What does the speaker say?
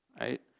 right